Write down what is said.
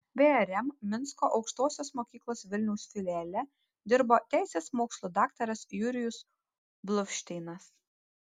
vrm minsko aukštosios mokyklos vilniaus filiale dirbo teisės mokslų daktaras jurijus bluvšteinas